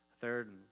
Third